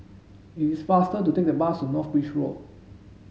it is faster to take the bus to North Bridge Road